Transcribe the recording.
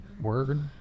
word